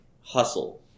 Hustle